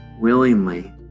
willingly